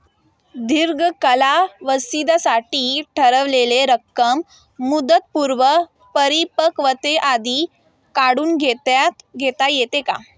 दीर्घ कालावधीसाठी ठेवलेली रक्कम मुदतपूर्व परिपक्वतेआधी काढून घेता येते का?